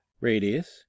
Radius